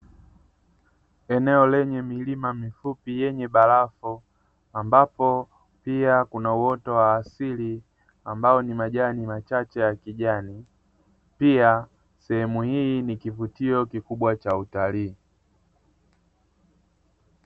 Eneo lenye milima mifupi yenye barafu ambapo pia kuna uoto wa asili, ambao ni majani machache ya kijani; pia sehemu hii ni kivutio kikubwa cha utalii.